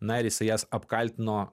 na ir jisai jas apkaltino